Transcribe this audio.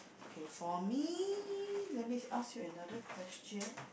okay for me let me ask you another question